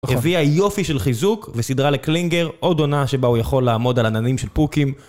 הביאה יופי של חיזוק וסידרה לקלינגר עוד עונה שבה הוא יכול לעמוד על עננים של פוקים.